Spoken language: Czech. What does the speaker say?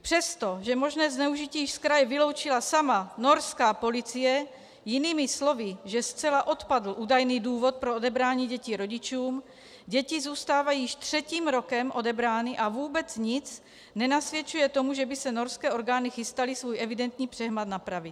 Přestože možné zneužití již zkraje vyloučila sama norská policie, jinými slovy, že zcela odpadl údajný důvod pro odebrání dětí rodičům, děti zůstávají již třetím rokem odebrány a vůbec nic nenasvědčuje tomu, že by se norské orgány chystaly svůj evidentní přehmat napravit.